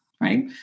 right